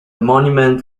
monument